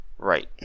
Right